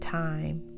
time